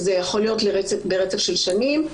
זה יכול להיות ברצף של שנים.